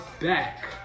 back